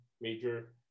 major